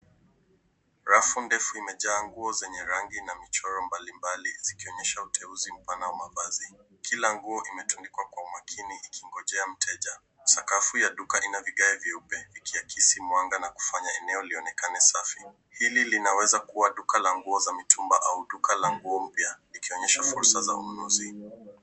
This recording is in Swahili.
Rafu ndefu imejaa nguo zenye rangi na michoro mbalimbali zikionyesha uteuzi mpana wa mavazi. Kila nguo imetundikwa kwa umakini ikingojea mteja. Sakafu ya duka ina vigae vyeupe ikiakisi mwanga na kufanya eneo lionekane safi. Hili linaweza kuwa duka la nguo za mitumba au duka la nguo mpya ikionyesha fursa za ununuzi.